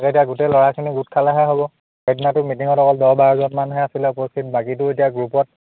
তাকে এতিয়া গোটেই ল'ৰাখিনি গোট খালেহে হ'ব সেইদিনাটো মিটিঙত অকল দহ বাৰজনমানহে আছিলে উপস্থিত বাকীটো এতিয়া গ্ৰুপত